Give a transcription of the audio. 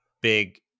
big